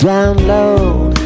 Download